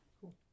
Cool